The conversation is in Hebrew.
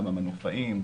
גם המנופאים,